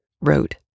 wrote